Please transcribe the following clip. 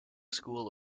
school